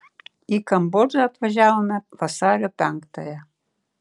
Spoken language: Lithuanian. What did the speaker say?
į kambodžą atvažiavome vasario penktąją